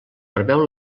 preveu